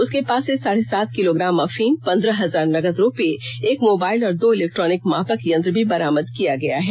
उसके पास से साढे सात किलोग्राम अफीम पंद्रह हजार नगद रूपये एक मोबाइल और दो इलेक्ट्रॉनिक मापक यंत्र भी बरामद किया गया है